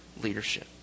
leadership